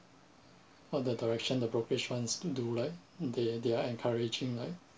all the direction the brokerage wants do like they they are encouraging like